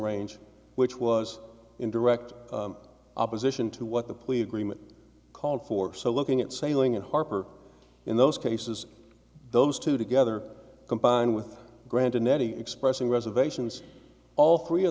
range which was in direct opposition to what the plea agreement called for so looking at sailing and harper in those cases those two together combined with granted netty expressing reservations all three of